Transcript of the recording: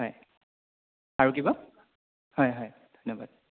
হয় আৰু কিবা হয় হয় ধন্যবাদ